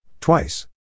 Twice